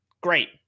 Great